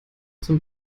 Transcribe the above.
zum